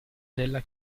della